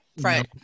Right